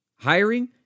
Hiring